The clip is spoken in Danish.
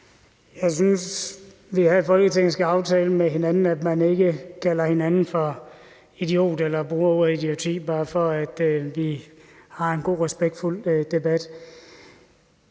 Jeg synes, vi her i Folketinget skal aftale med hinanden, at vi ikke kalder hinanden for idiot eller bruger ordet idioti, bare for at vi har en god og respektfuld debat.